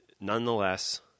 nonetheless